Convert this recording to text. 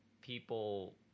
people